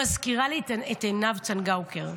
מזכיר לי את עינב צנגאוקר,